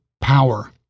power